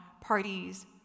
parties